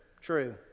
True